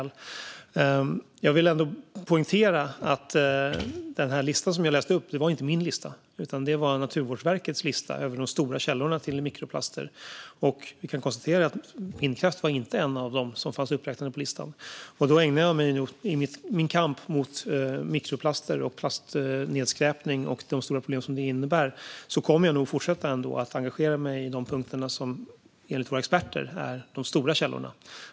Låt mig poängtera att listan jag läste upp inte är min utan Naturvårdsverkets lista över de stora källorna till mikroplaster, och vindkraft finns inte med på listan. I min kamp mot mikroplaster och plastnedskräpning och de stora problem det innebär kommer jag nog därför att fortsätta att engagera mig i det som enligt våra experter är de stora källorna.